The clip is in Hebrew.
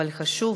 אבל חשוב